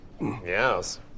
Yes